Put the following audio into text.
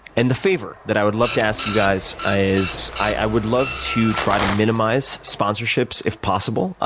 and the favor that i would love to ask you guys is, i would love to try to minimize sponsorships, if possible,